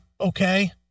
okay